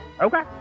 okay